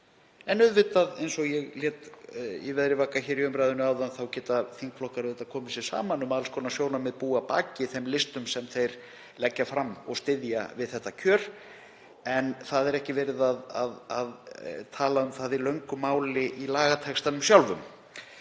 en auðvitað, eins og ég lét í veðri vaka í umræðunni áðan, geta þingflokkar komið sér saman um að alls konar sjónarmið búi að baki þeim listum sem þeir leggja fram og styðja við þetta kjör en það er ekki verið að tala um það í löngu máli í lagatextanum sjálfum.